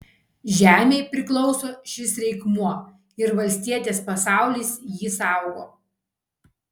žemei priklauso šis reikmuo ir valstietės pasaulis jį saugo